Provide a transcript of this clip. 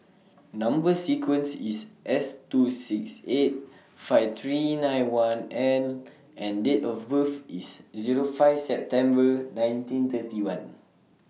Number sequence IS S two six eight five three nine one L and Date of birth IS Zero five September nineteen thirty one